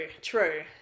true